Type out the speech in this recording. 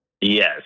Yes